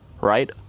right